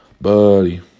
Buddy